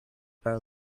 better